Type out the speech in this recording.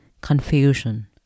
confusion